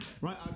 Right